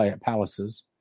palaces